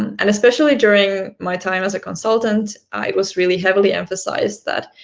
and especially during my time as a consultant, i was really heavily emphasised that,